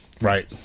Right